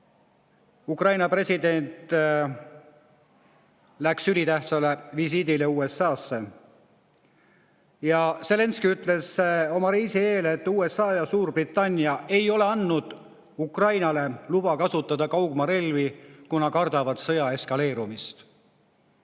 Ukraina president läks ülitähtsale visiidile USA-sse. Zelenskõi ütles oma reisi eel, et USA ja Suurbritannia ei ole andnud Ukrainale luba kasutada kaugmaarelvi, kuna nad kardavad sõja eskaleerumist.